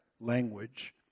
language